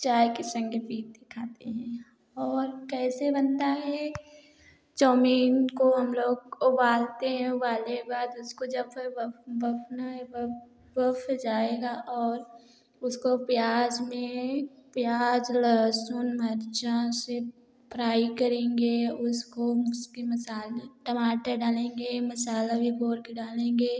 चाय के संघे पीते खाते हैं और कैसे बनता है चौमीन को हम लोग उबालते हैं उबालने के बाद उसको जब बफ़ जाएगा और उसको प्याज में प्याज लहसुन मिर्चा से फ्राइ करेंगे उसको उसके मसाले टमाटर डालेंगे मसाला भी घोल के डालेंगे